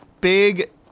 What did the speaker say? Big